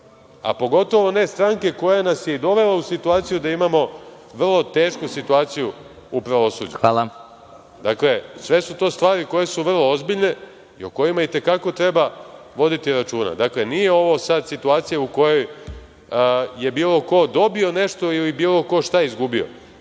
a pogotovo ne stranke koja nas je i dovela u situaciju da imamo vrlo tešku situaciju u pravosuđu. Dakle, to su sve stvari koje su vrlo ozbiljne i o kojima i te kako treba voditi računa. Nije ovo sada situacija u kojoj je bilo ko dobio nešto ili bilo ko šta izgubio. Mislim